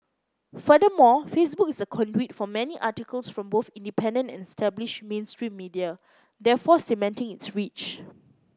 furthermore Facebook is a conduit for many articles from both independent and established mainstream media therefore cementing its reach